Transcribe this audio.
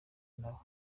nabo